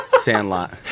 Sandlot